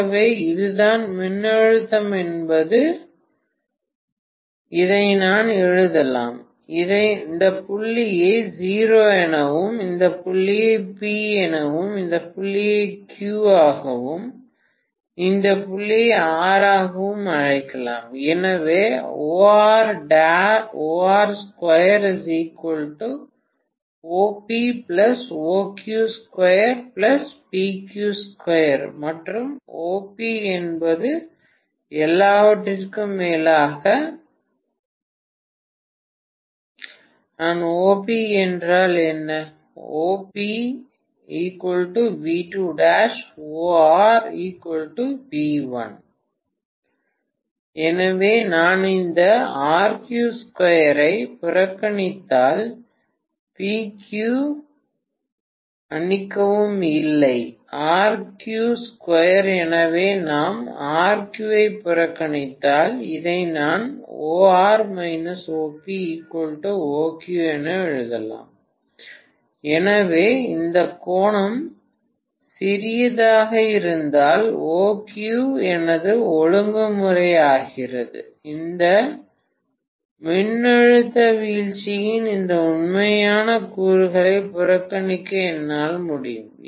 ஆகவே இதுதான் மின்னழுத்தம் என்பது துளி இதை நான் எழுதலாம் இந்த புள்ளியை O எனவும் இந்த புள்ளியை P ஆகவும் இந்த புள்ளி Q ஆகவும் இந்த புள்ளி R ஆகவும் அழைக்கலாம் எனவே மற்றும் OP என்பது எல்லாவற்றிற்கும் மேலாக நான் OP என்றால் என்ன எனவே நான் இந்த ஐ புறக்கணித்தால் PQ மன்னிக்கவும் இல்லை எனவே நாம் RQ ஐ புறக்கணித்தால் இதை நான் OR OP OQ என எழுதலாம் எனவே இந்த கோணம் சிறியதாக இருந்தால் OQ எனது ஒழுங்குமுறை ஆகிறது இந்த மின்னழுத்த வீழ்ச்சியின் இந்த உண்மையான கூறுகளை புறக்கணிக்க என்னால் முடியும்